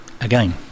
again